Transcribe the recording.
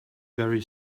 very